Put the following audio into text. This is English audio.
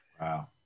Wow